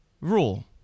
rule